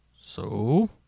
So